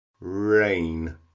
rain